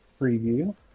preview